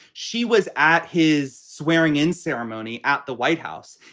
she was at his swearing in ceremony at the white house.